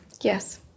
Yes